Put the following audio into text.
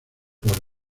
por